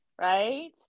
right